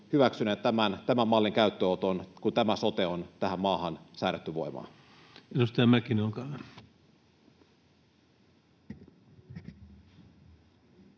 hyväksyneet tämän mallin käyttöönoton, kun tämä sote on tähän maahan säädetty voimaan. Edustaja Mäkinen, olkaa